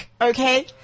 Okay